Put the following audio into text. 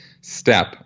step